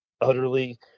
utterly